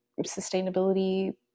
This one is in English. sustainability